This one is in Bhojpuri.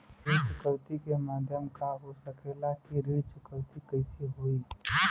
ऋण चुकौती के माध्यम का हो सकेला कि ऋण चुकौती कईसे होई?